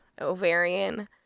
ovarian